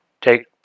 take